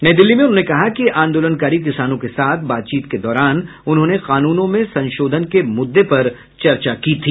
नई दिल्ली में उन्होंने कहा कि आंदोलनकारी किसानों के साथ बातचीत के दौरान उन्होंने कानूनों में संशोधन के मुद्दे पर चर्चा की थी